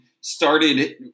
started